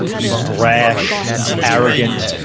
he's brash, he's arrogant,